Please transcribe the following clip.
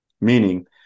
meaning